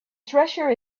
treasure